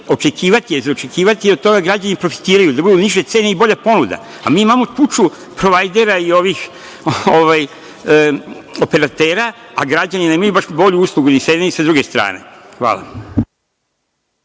konkurencije za očekivati je da od toga građani profitiraju, drugo niže cene i bolja ponuda. Mi imamo tuču provajdera i operatera, a građani nemaju baš bolju uslugu, ni sa jedne, ni sa druge strane. Hvala.